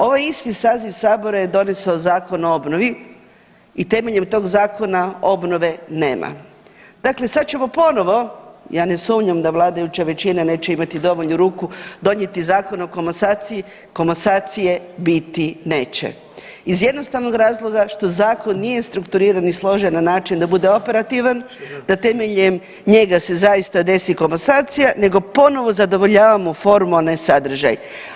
Ovaj isti saziv sabora je donesao Zakon o obnovi i temeljem tog zakona obnove nema, dakle, sad ćemo ponovo, ja ne sumnjam da vladajuća većina neće imati dovoljno ruku donijeti Zakon o komasaciji, komasacije biti neće iz jednostavnog razloga što zakon nije strukturiran i složen na način da bude operativan, da temeljem njega se zaista desi komasacija nego ponovo zadovoljavamo formu, a ne sadržaj.